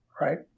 right